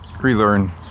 relearn